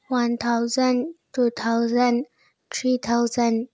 one thousand two thousand three thousand